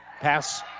pass